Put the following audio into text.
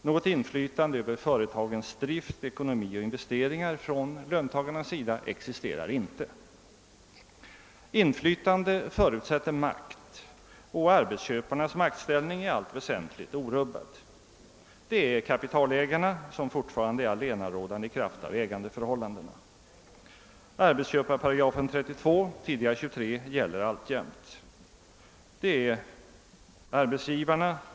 Något inflytande över företagens drift, ekonomi och investeringar existerar inte för de anställda. Inflytande förutsätter makt, och ar betsköparnas maktställning är i allt väsentligt orubbad. Kapitalisterna är fortfarande allenarådande i kraft av ägandeförhållandena. Arbetsköparparagrafen, 8 32 i Arbetsgivareföreningens stadgar, tidigare 8 23, gäller alltjämt.